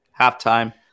halftime